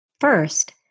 First